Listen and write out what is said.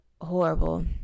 horrible